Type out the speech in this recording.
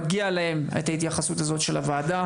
תושבי הגליל מגיע להם את ההתייחסות הזאת של הוועדה.